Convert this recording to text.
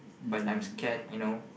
but I'm scared you know